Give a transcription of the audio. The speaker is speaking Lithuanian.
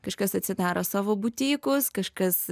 kažkas atsidaro savo butykus kažkas